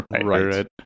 Right